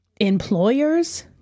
Employers